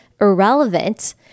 irrelevant